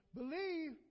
believe